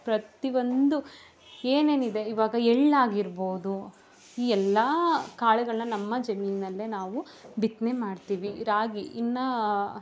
ಪ್ರತಿ ಒಂದು ಏನೇನಿದೆ ಇವಾಗ ಎಳ್ಳಾಗಿರ್ಬೋದು ಈ ಎಲ್ಲ ಕಾಳುಗಳ್ನ ನಮ್ಮ ಜಮೀನಿನಲ್ಲೆ ನಾವು ಬಿತ್ತನೆ ಮಾಡ್ತೀವಿ ರಾಗಿ ಇನ್ನು